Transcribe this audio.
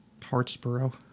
Hartsboro